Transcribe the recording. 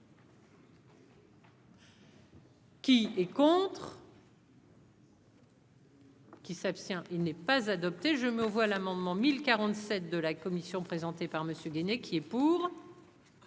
Qui est contre. Qui s'abstient, il n'est pas adopté, je me vois l'amendement 1047 de la commission présentée par monsieur Gainey qui est pour.